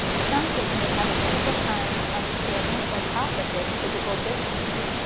some kids may have a difficult time understanding or processing physical distancing.